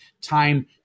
time